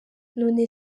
none